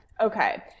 okay